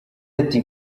ati